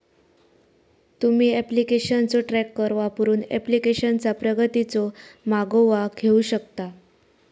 तुम्ही ऍप्लिकेशनचो ट्रॅकर वापरून ऍप्लिकेशनचा प्रगतीचो मागोवा घेऊ शकता